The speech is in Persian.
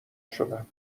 شدم